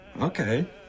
Okay